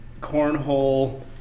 cornhole